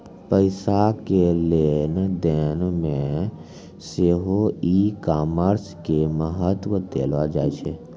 पैसा के लेन देनो मे सेहो ई कामर्स के महत्त्व देलो जाय छै